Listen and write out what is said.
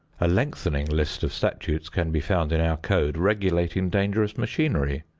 a lengthening list of statutes can be found in our code regulating dangerous machinery,